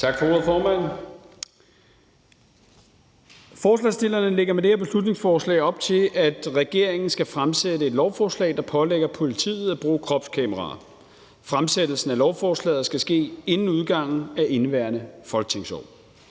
Tak for ordet, formand. Forslagsstillerne lægger med det her beslutningsforslag op til, at regeringen skal fremsætte et lovforslag, der pålægger politiet at bruge kropskameraer. Fremsættelsen af lovforslaget skal ske inden udgangen af indeværende folketingsår.